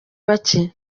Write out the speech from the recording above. bake